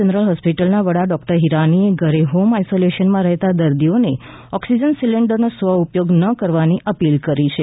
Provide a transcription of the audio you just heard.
general હોસ્પિટલના વડા doctor હીરાનીએ ઘરે હૉમ આઈસોલેશનમાં રહેતા દર્દીઓને ઑક્સીજન સિલિન્ડરનો સ્વ ઉપયોગ ન કરવાની અપીલ કરી છે